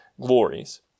glories